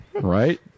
Right